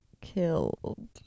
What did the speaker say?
killed